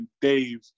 dave